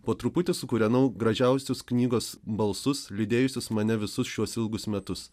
po truputį sukūrenau gražiausius knygos balsus lydėjusius mane visus šiuos ilgus metus